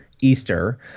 Easter